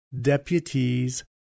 Deputies